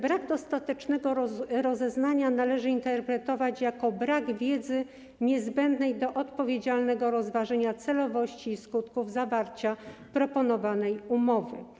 Brak ostatecznego rozeznania należy interpretować jako brak wiedzy niezbędnej do odpowiedzialnego rozważenia celowości i skutków zawarcia proponowanej umowy.